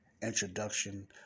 introduction